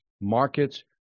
markets